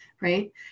right